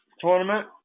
tournament